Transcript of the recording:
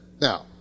Now